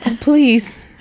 please